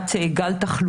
כך זה כתוב בחוק.